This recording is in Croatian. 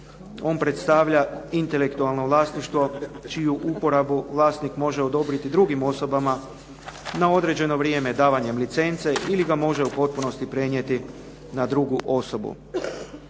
On predstavlja intelektualno vlasništvo čiju uporabu vlasnik može odobriti drugim osobama na određeno vrijeme davanjem licence ili ga može u potpunosti prenijeti na drugu osobu.